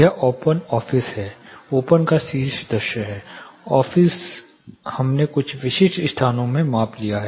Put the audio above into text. यह open office है open का शीर्ष दृश्य है ऑफिस हमने कुछ विशिष्ट स्थानों में माप लिया है